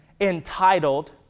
entitled